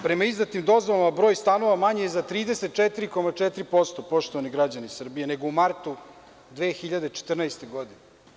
Prema izdatim dozvolama, broj stanova manji je za 34,4%, poštovani građani Srbije, nego u martu 2014. godine.